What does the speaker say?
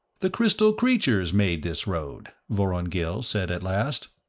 the crystal creatures made this road, vorongil said at last.